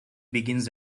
begins